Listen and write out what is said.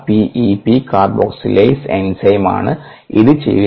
P E P കാർബോക്സിലേസ് എൻസൈമാണ് ഇത് ചെയ്യുന്നത്